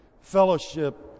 fellowship